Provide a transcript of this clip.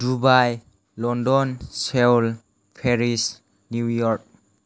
डुबाई London Seoul Paris New York